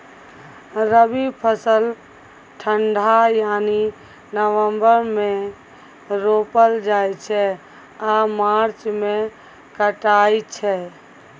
रबी फसल ठंढा यानी नवंबर मे रोपल जाइ छै आ मार्च मे कटाई छै